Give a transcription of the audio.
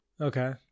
Okay